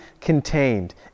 contained